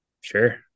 Sure